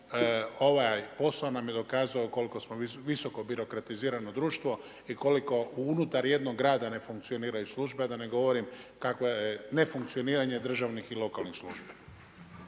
ovaj posao nam je dokazao koliko smo visoko birokratizirano društvo i koliko unutar jednog rada ne funkcioniraju službe, a da ne govorim kakvo je nefunkcioniranje državnih i lokalnih službi.